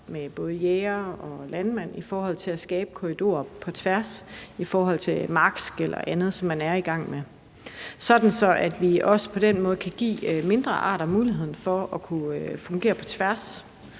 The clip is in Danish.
med både jægere og landmænd i forhold til at skabe korridorer på tværs af naturområder i forhold til markskel og andet, man er i gang med. Det gør man, så man også på den måde kan give mindre arter mulighed for at kunne bevæge sig på tværs